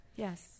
Yes